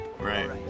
right